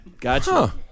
Gotcha